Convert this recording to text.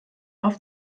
auf